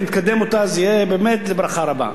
אם תקדם אותה זו תהיה באמת ברכה רבה.